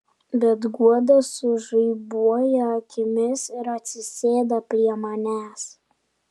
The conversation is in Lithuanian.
bet guoda sužaibuoja akimis ir atsisėda prie manęs